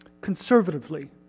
conservatively